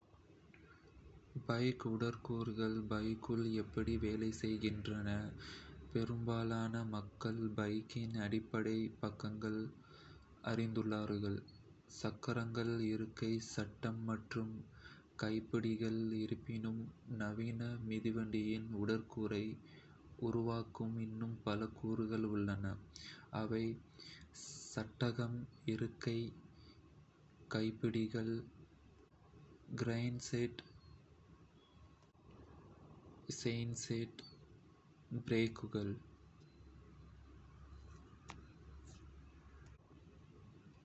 பைக் உடற்கூறியல் பைக்குகள் எப்படி வேலை செய்கின்றன? பெரும்பாலான மக்கள் பைக்கின் அடிப்படை பாகங்களை அறிந்திருக்கிறார்கள்: சக்கரங்கள், இருக்கை, சட்டகம் மற்றும் கைப்பிடிகள். இருப்பினும், நவீன மிதிவண்டியின் உடற்கூறை உருவாக்கும் இன்னும் பல கூறுகள் உள்ளன சட்டகம்.... இருக்கை.... கைப்பிடிகள்.... கிரான்செட்/செயின்செட்.... பிரேக்குகள்.